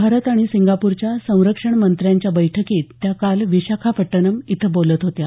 भारत आणि सिंगापूरच्या संरक्षण मंत्र्यांच्या बैठकीत त्या काल विशाखापट्टनम इथे बोलत होत्या